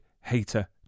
Hater